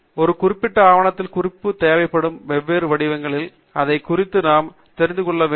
எனவே ஒரு குறிப்பிட்ட ஆவணத்திற்கு குறிப்புகள் தேவைப்படும் வெவ்வேறு வடிவங்களில் எதைக் குறித்து நாம் தெரிந்துகொள்ள வேண்டும்